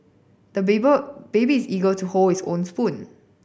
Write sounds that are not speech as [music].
the [unintelligible] baby is eager to hold his own spoon